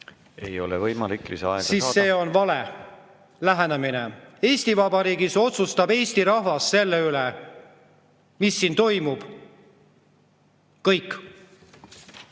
lisaaega saada. ... see on vale lähenemine. Eesti Vabariigis otsustab Eesti rahvas selle üle, mis siin toimub. Kõik!